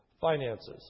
Finances